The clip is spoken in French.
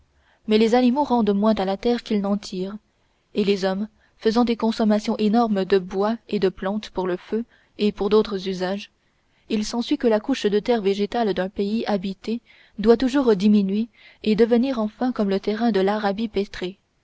mais les animaux rendant moins à la terre qu'ils n'en tirent et les hommes faisant des consommations énormes de bois et de plantes pour le feu et pour d'autres usages il s'ensuit que la couche de terre végétale d'un pays habité doit toujours diminuer et devenir enfin comme le terrain de l'arabie